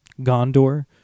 Gondor